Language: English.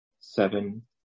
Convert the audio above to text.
seven